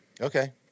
Okay